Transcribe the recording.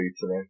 today